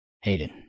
Hayden